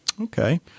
Okay